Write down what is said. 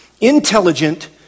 intelligent